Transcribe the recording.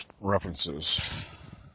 References